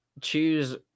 Choose